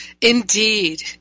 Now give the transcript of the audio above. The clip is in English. Indeed